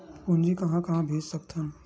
पूंजी कहां कहा भेज सकथन?